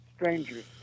strangers